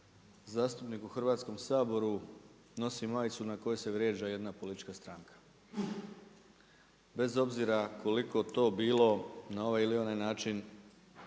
zastupnik u Hrvatskom saboru nosi majicu na kojoj vrijeđa jedna politička stranka bez obzira koliko to bilo na ovaj ili način